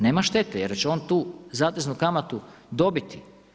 Nema štete jer će on tu zateznu kamatu dobiti.